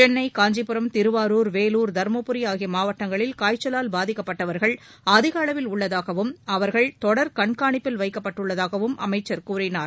சென்னை காஞ்சிபுரம் திருவாருர் வேலூர் தர்மபுரி ஆகிய மாவட்டங்களில் காய்ச்சலால் பாதிக்கப்பட்டவர்கள் அதிக அளவில் உள்ளதாகவும் அவர்கள் தொடர் கண்காணிப்பில் வைக்கப்பட்டுள்ளதாகவும் அமைச்சர் கூறினார்